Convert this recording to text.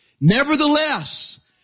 Nevertheless